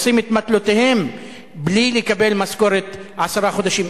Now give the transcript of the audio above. עושים את מטלותיהם בלי לקבל משכורת עשרה חודשים?